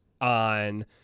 on